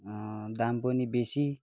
दाम पनि बेसी